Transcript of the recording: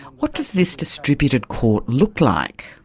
what does this distributed court look like?